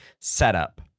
setup